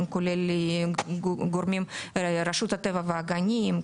כולל גורמים מרשות הטבע והגנים.